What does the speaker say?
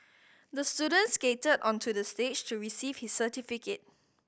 the student skated onto the stage to receive his certificate